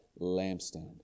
lampstand